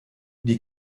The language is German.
die